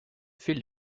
field